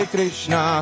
Krishna